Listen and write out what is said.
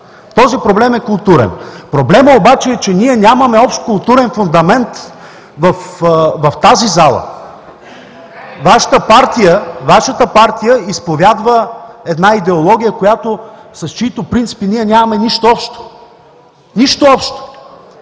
Този проблем е културен. Проблемът обаче е, че ние нямаме общ културен фундамент в тази зала. Вашата партия изповядва една идеология, с чиито принципи ние нямаме нищо общо. Нищо общо!